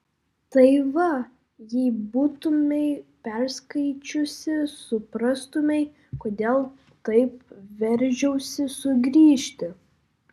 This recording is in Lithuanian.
tai va jei būtumei perskaičiusi suprastumei kodėl taip veržiausi sugrįžti